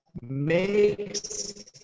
makes